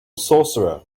sorcerer